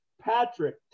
Patrick